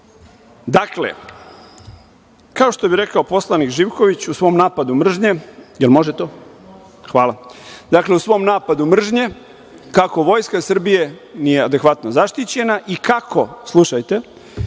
Hvala. Dakle, kao što bi rekao poslanik Živković u svom napadu mržnje, jel može to? Dakle, u svom napadu mržnje, kako Vojska Srbije nije adekvatno zaštićena i kako, slušajte,